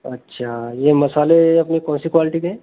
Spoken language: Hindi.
अच्छा ये मसाले अपने कौन से क्वालिटी के हैं